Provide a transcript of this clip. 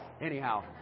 Anyhow